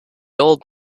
old